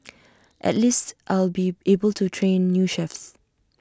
at least I'll be able to train new chefs